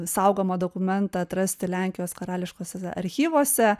saugomą dokumentą atrasti lenkijos karališkuosiose archyvuose